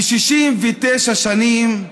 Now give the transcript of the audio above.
ב-69 שנים,